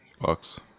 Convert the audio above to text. Bucks